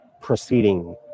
proceeding